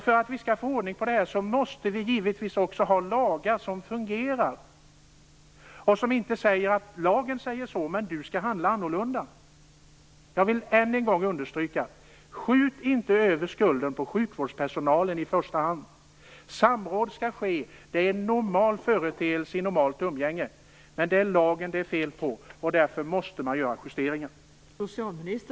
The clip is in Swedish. För att vi skall få ordning på det måste vi givetvis också ha lagar som fungerar, som inte säger att man skall handla annorlunda än vad som står i lagen. Jag vill än en gång understryka: Skjut inte över skulden på sjukvårdspersonalen i första hand! Samråd skall ske; det är en normal företeelse i normalt umgänge. Det är lagen som det är fel på, och därför måste man göra justeringar.